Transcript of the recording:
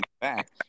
back